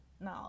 no